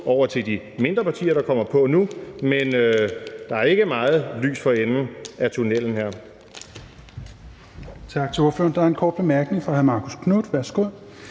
håbet til de mindre partier, der kommer på nu, men der er ikke meget lys for enden af tunnellen her.